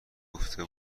گفته